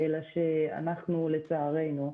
אלא שאנחנו, לצערנו,